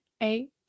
eight